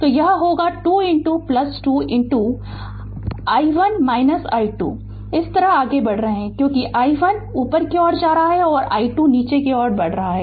तो यह होगा 2 2 i1 i2 इस तरह आगे बढ़ रहे हैं क्योंकि i1 ऊपर की ओर जा रहा है और i2 नीचे की ओर बढ़ रहा है